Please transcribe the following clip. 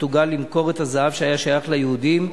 פורטוגל למכור את הזהב שהיה שייך ליהודים,